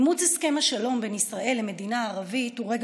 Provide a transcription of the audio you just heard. אימוץ הסכם השלום בין ישראל למדינה הערבית הוא רגע